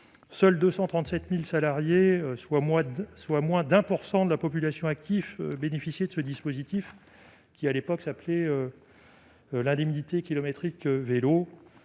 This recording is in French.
seuls 237000 salariés soit moi, soit moins d'1 % de la population actif bénéficier de ce dispositif, qui à l'époque s'appelait l'indemnité kilométrique vélo